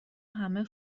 همه